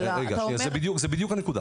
אתה אומר -- זו בדיוק הנקודה,